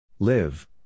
Live